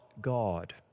God